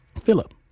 Philip